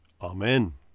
Amen